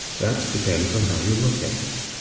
that depends on how you look at it.